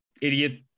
idiot